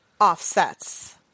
offsets